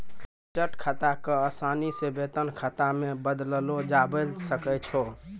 बचत खाता क असानी से वेतन खाता मे बदललो जाबैल सकै छै